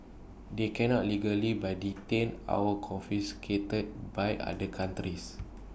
they cannot legally by detained our confiscated by other countries